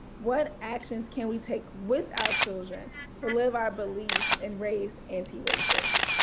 what actions can we take with our children to live our beliefs and race antiracists?